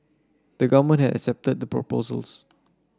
the Government had accepted the proposals